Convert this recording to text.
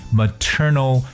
maternal